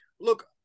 Look